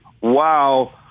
wow